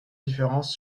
différence